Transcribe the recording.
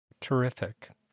Terrific